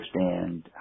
understand